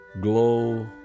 glow